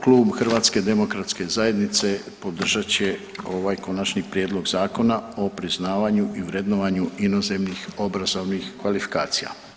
Klub HDZ-a podržat će ovaj Konačni prijedlog Zakona o priznavanju i vrednovanju inozemnih obrazovnih kvalifikacija.